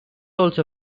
also